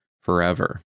forever